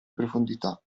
profondità